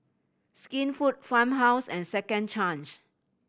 Skinfood Farmhouse and Second Change